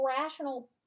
rational